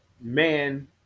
man